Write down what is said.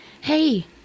hey